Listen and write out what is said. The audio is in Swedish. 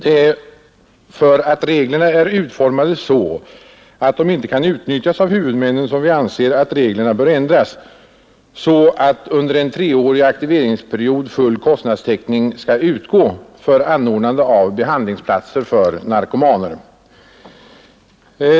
Eftersom reglerna i sin nuvarande utformning inte kan utnyttjas av huvudmännen, anser vi att reglerna bör ändras så att under en treårig aktiveringsperiod full kostnadstäckning skall utgå för anordnande av behandlingsplatser för narkomaner.